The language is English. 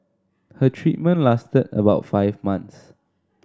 her treatment lasted about five months